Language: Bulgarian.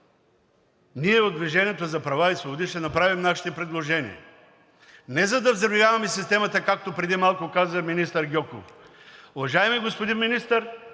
ние от „Движение за права и свободи“ ще направим нашите предложения не за да взривяваме системата, както преди малко каза министър Гьоков. Уважаеми господин министър